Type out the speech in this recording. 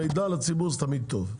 מידע לציבור זה תמיד טוב.